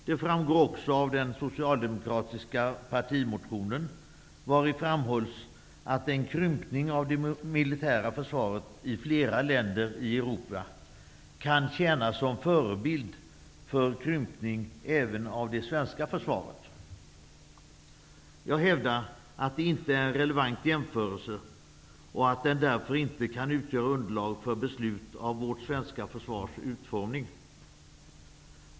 Det framgår också av den socialdemokratiska partimotionen, vari framhålls att en krympning av det militära försvaret i flera länder i Europa kan tjäna som förebild för krympning även av det svenska försvaret. Jag hävdar att detta inte är en relevant jämförelse och att den därför inte kan utgöra underlag för beslut om vårt svenska försvars utformning.